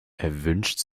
erwünscht